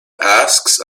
asks